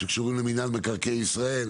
שקשורים למנהל מקרקעי ישראל,